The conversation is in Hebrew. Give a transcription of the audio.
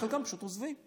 שחלקם פשוט עוזבים,